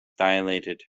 dilated